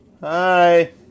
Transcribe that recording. Hi